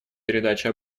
передачи